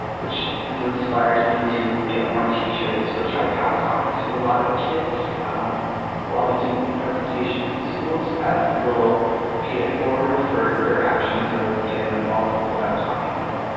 which is inspired me to get more t-shirts, which i pass off to a lot of kids while i do presentations in schools as a little pay it forward for their actions of getting involved with what i'm talking about.